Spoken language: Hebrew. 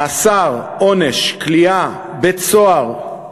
מאסר, עונש, כליאה, בית-סוהר,